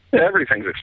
Everything's